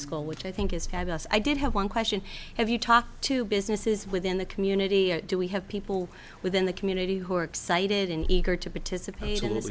school which i think is fabulous i did have one question have you talk to businesses within the community do we have people within the community who are excited and eager to participate in th